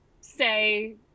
say